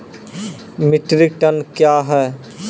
Metric tonne कया हैं?